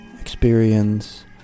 experience